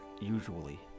usually